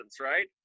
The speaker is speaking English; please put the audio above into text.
right